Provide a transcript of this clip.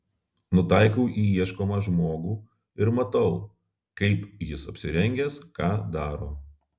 nutaikau į ieškomą žmogų ir matau kaip jis apsirengęs ką daro